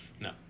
No